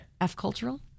F-cultural